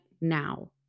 now